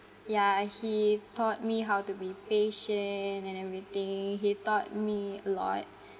ya he taught me how to be patient and everything he taught me a lot